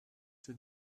two